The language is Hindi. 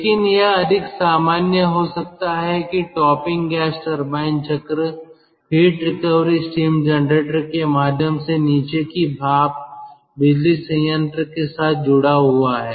लेकिन यह अधिक सामान्य हो सकता है कि टॉपिंग गैस टरबाइन चक्र हीट रिकवरी स्टीम जनरेटर के माध्यम से नीचे की भाप बिजली संयंत्र के साथ जुड़ा हुआ है